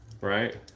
right